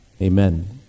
amen